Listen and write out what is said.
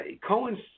Cohen's